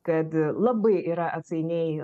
kad labai yra atsainiai